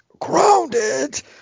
grounded